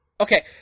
okay